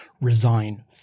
resign